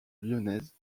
lyonnaise